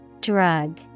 Drug